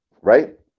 Right